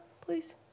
please